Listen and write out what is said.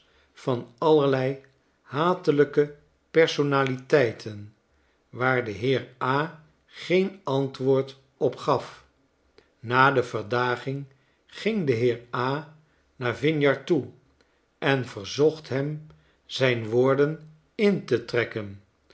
van allerlei hatelijke personaliteiten waar de heer a geen antwoord op gaf na de verdaging ging de heer a naar vinyard toe en verzocht hem zijn woorden in te trekken